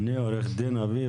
עו"ד אביב,